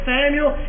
Samuel